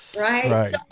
right